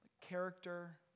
character